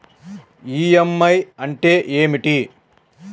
EMI అంటే ఏమిటి?